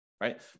Right